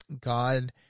God